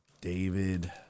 David